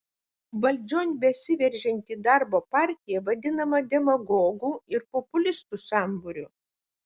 valdžion besiveržianti darbo partija vadinama demagogų ir populistų sambūriu